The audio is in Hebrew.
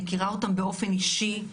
אני מכירה אותם באופן אישי,